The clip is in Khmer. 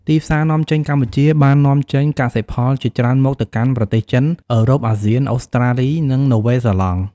ទីផ្សារនាំចេញ កម្ពុជាបាននាំចេញកសិផលជាច្រើនមុខទៅកាន់ប្រទេសចិន អឺរ៉ុប អាស៊ាន អូស្ត្រាលី និងនូវែលសេឡង់។